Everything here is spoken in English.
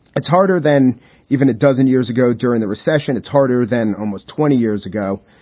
it's harder than even a dozen years ago during the recession. it's harder than almost twenty years ago.